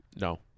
No